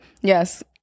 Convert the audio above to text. yes